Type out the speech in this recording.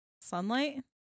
Sunlight